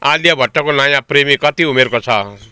आलिया भट्टको नयाँ प्रेमी कति उमेरको छ